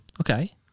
Okay